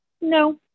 No